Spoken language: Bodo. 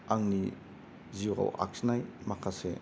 आंनि जिउआव आखिनाय माखासे